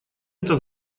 это